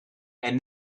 and